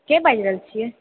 के बाजि रहल छियै